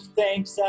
thanks